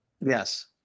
yes